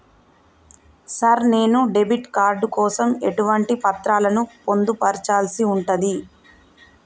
Sir నేను debit card కోసం ఎటువంటి పత్రాలను పొందుపర్చాల్సి ఉంటది?